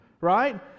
right